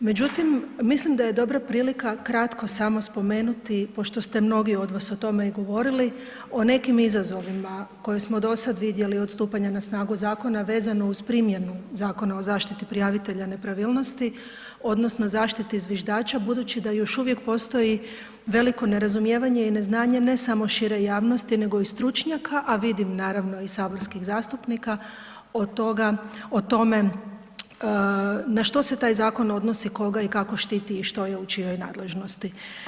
Međutim, mislim da je dobra prilika kratko samo spomenuti pošto ste mnogi od vas o tome govorili o nekim izazovima koje smo do sada vidjeli od stupanja na snagu zakona, vezano uz primjenu Zakona o zaštiti prijavitelja nepravilnosti odnosno zaštiti zviždača, budući da još uvijek postoji veliko nerazumijevanje i neznanje ne samo šire javnosti nego i stručnjaka, a vidim naravno i saborskih zastupnika o tome na što se taj zakon odnosi, koga i kako štiti i što je u čijoj nadležnosti.